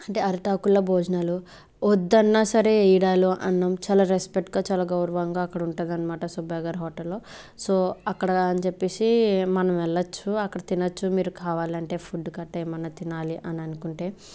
అంటే అరిటాకుల్లో భోజనాలు వద్దన్నా సరే ఎయ్యడాలు అన్నం చాలా రెస్పెక్ట్గా చాలా గౌరవంగా అక్కడ ఉంటది అనమాట సుబ్బయ్య గారి హోటల్లో సో అక్కడగా అని చెప్పేసి మనం వెళ్లొచ్చు అక్కడ తినొచ్చు మీరు కావాలంటే ఫుడ్ కట్ట ఎమన్నా తినాలి అని అనుకుంటే